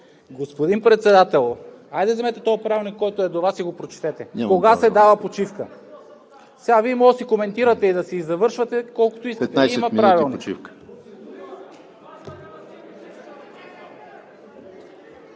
Господин Председател, хайде вземете този Правилник, който е до Вас, и прочетете кога се дава почивка. Вие може да си коментирате и да си завършвате колкото искате